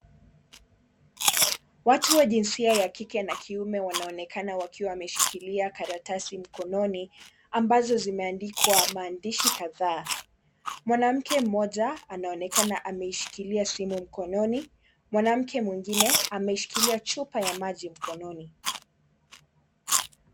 Watu wa jinsia ya kike na kiume wanaonekana wakiwa wameshikilia karatasi mkononi ambazo zimeandikwa maandishi kadhaa. Mwanamke mmoja anaonekana ameishikilia simu mkononi, mwanamke mwingine ameishikilia chupa ya maji mkononi.